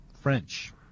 French